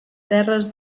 terres